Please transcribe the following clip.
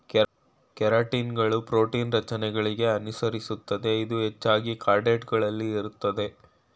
ಕೆರಾಟಿನ್ಗಳು ಪ್ರೋಟೀನ್ ರಚನೆಗಳಿಗೆ ಅನುಸರಿಸುತ್ತದೆ ಇದು ಹೆಚ್ಚಾಗಿ ಕಾರ್ಡೇಟ್ ಗಳಲ್ಲಿ ಇರ್ತದೆ